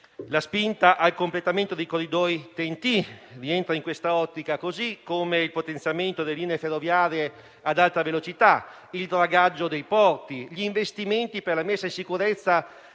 La spinta al completamento dei corridoi TEN-T rientra in quest'ottica, così come il potenziamento delle linee ferroviarie ad alta velocità, il dragaggio dei porti, gli investimenti per la messa in sicurezza